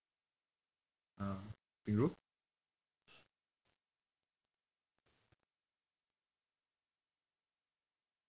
ah 比如